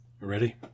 Ready